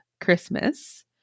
Christmas